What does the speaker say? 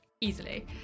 easily